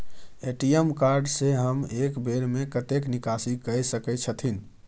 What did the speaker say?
ATM card से हम एक बेर में कतेक निकासी कय सके छथिन?